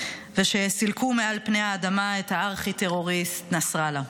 ושסילקו מעל פני האדמה את הארכי-טרוריסט נסראללה.